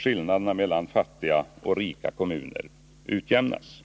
Skillnaderna mellan fattiga och rika kommuner utjämnas.